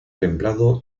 templado